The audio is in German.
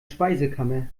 speisekammer